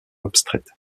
abstraite